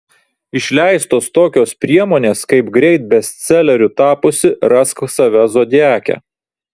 išleistos tokios priemonės kaip greit bestseleriu tapusi rask save zodiake